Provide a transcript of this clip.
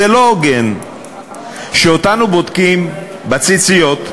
זה לא הוגן שאותנו בודקים בציציות,